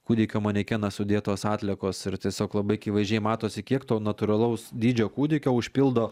kūdikio manekeną sudėtos atliekos ir tiesiog labai akivaizdžiai matosi kiek to natūralaus dydžio kūdikio užpildo